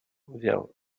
vers